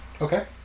Okay